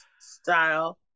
style